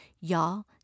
Y'all